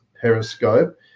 Periscope